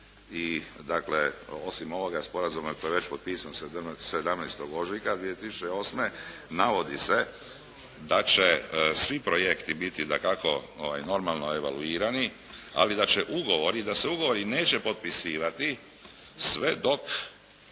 i dakle osim ovoga sporazuma koji je već potpisan 17. ožujka 2008. navodi se da će svi projekti biti dakako normalno evaluirani. Ali da će ugovori, da se ugovori neće potpisivati sve dok